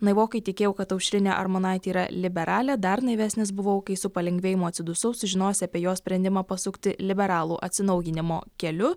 naivokai tikėjau kad aušrinė armonaitė yra liberalė dar naivesnis buvau kai su palengvėjimu atsidusau sužinojęs apie jo sprendimą pasukti liberalų atsinaujinimo keliu